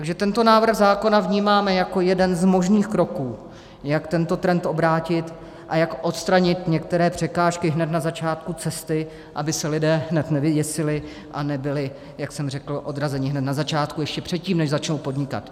Takže tento návrh zákona vnímáme jako jeden z možných kroků, jak tento trend obrátit a jak odstranit některé překážky hned na začátku cesty, aby se lidé hned nevyděsili a nebyli, jak jsem řekl, odrazeni hned na začátku, ještě předtím, než začnou podnikat.